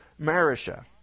Marisha